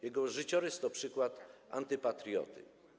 Jego życiorys to przykład antypatrioty.